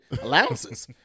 allowances